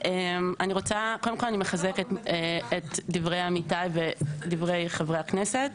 קודם כל אני מחזקת דברי עמיתיי ודברי חברי הכנסת,